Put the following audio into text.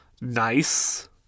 nice